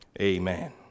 amen